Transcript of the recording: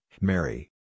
Mary